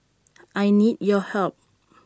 I need your help